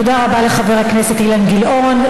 תודה רבה לחבר הכנסת אילן גילאון.